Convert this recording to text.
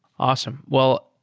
awesome. well,